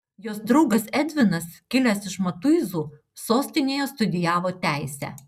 jos draugas edvinas kilęs iš matuizų sostinėje studijavo teisę